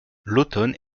l’automne